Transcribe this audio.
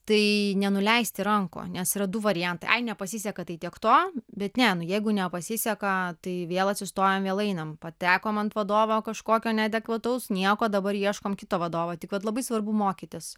tai nenuleisti rankų nes yra du variantai ai nepasiseka tai tiek to bet ne jeigu nepasiseka tai vėl atsistojamvėl einam patekom ant vadovo kažkokio neadekvataus nieko dabar ieškom kito vadovo tik vat labai svarbu mokytis